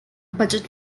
budget